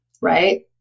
right